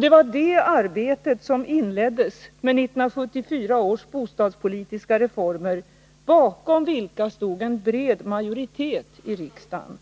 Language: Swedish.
Det var det arbetet som inleddes med 1974 års bostadspolitiska reformer, bakom vilka stod en bred majoritet i riksdagen.